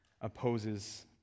opposes